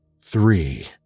three